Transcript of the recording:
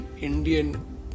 Indian